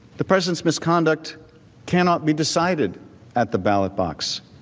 the president's misconduct cannot be decided at the ballot box,